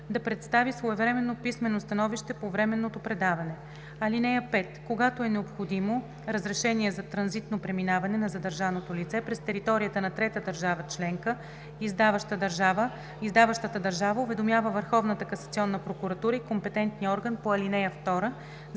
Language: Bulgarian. да представи своевременно писмено становище по временното предаване. (5) Когато е необходимо разрешение за транзитно преминаване на задържаното лице през територията на трета държава членка, издаващата държава уведомява Върховната касационна